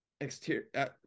exterior